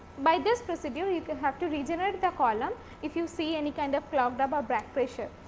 by this procedure you you can have to regenerate column if you see any kind of clogged about back pressure.